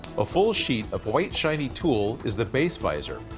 a full sheet of white shiny tulle is the base visor.